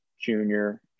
Junior